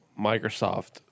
Microsoft